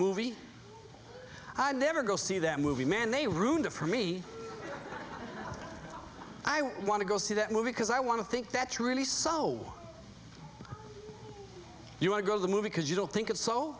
movie i never go see that movie man they ruined it for me i want to go see that movie because i want to think that's really so you want to go to the movie because you don't think